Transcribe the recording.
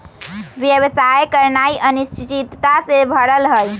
व्यवसाय करनाइ अनिश्चितता से भरल हइ